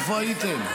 איפה הייתם?